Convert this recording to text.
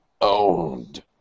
owned